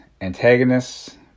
antagonists